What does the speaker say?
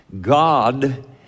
God